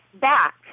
back